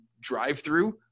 drive-through